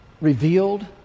revealed